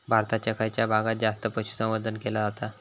भारताच्या खयच्या भागात जास्त पशुसंवर्धन केला जाता?